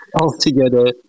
altogether